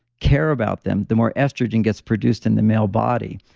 care about them, the more estrogen gets produced in the male body,